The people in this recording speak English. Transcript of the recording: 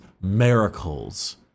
miracles